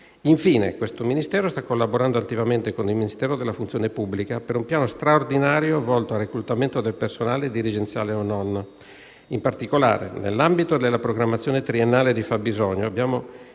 Infine, il Ministero sta collaborando attivamente con il Ministero della funzione pubblica per un piano straordinario volto al reclutamento del personale dirigenziale e non. In particolare, nell'ambito della programmazione triennale di fabbisogno, abbiamo